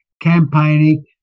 campaigning